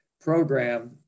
program